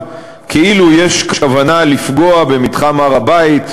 כאילו יש כוונה לפגוע במתחם הר-הבית,